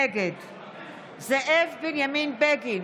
נגד זאב בנימין בגין,